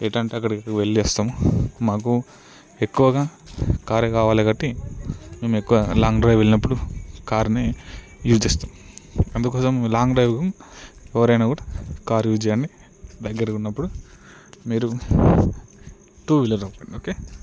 ఎటంటే అక్కడికి వెళ్లి వస్తాము మాకు ఎక్కువగా కార్ కావాలి కాబట్టి మేము ఎక్కువ లాంగ్ డ్రైవ్ వెళ్ళినప్పుడు కారుని యూస్ చేస్తాం అందుకోసం లాంగ్ డ్రైవ్ ఎవరైనా కూడా కార్ యూస్ చేయాలి దగ్గర ఉన్నప్పుడు మీరు టూ వీలరు ఓకే